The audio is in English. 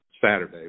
Saturday